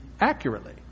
accurately